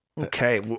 Okay